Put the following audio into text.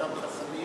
אותם חסמים